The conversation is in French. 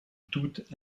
toute